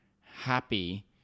happy